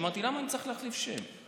אמרתי: למה אני צריך להחליף שם,